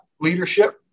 leadership